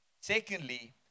Secondly